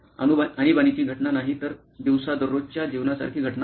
' आणीबाणीची घटना नाही तर दिवसा दररोजच्या जीवनासारखी घटना आहे